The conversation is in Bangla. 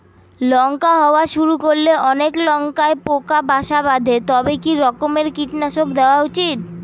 লঙ্কা হওয়া শুরু করলে অনেক লঙ্কায় পোকা বাসা বাঁধে তবে কি রকমের কীটনাশক দেওয়া উচিৎ?